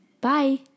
Bye